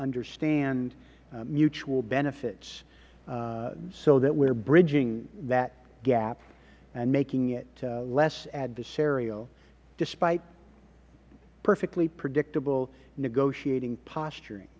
understand mutual benefits so that we are bridging that gap and making it less adversarial despite perfectly predictable negotiating posturing